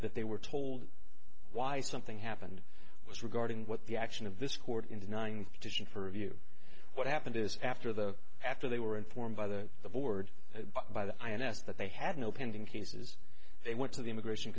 that they were told why something happened was regarding what the action of this court in the ninth petition for review what happened is after the after they were informed by the the board by the ins that they had no pending cases they went to the immigration